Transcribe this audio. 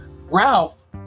Ralph